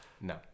No